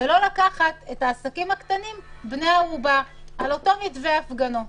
ולא לקחת את העסקים הקטנים בני ערובה על אותו מתווה הפגנות.